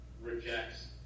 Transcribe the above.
rejects